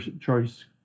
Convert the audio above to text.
choice